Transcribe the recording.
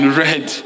red